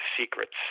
secrets